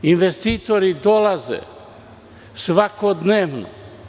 Investitori dolaze svakodnevno.